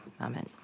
Amen